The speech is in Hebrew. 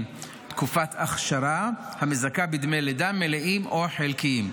תקופת אכשרה המזכה בדמי לידה מלאים או חלקיים.